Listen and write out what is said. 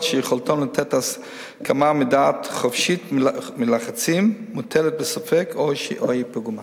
שיכולתן לתת הסכמה מדעת חופשית מלחצים מוטלת בספק או פגומה.